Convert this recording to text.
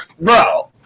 Bro